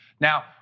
Now